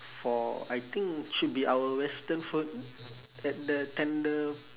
for I think should be our western food at the tender~